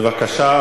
בבקשה.